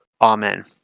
Amen